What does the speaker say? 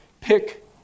Pick